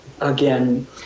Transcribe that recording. again